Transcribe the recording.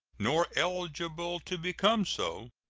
nor eligible to become so